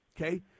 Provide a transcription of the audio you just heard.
okay